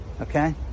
Okay